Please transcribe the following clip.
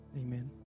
amen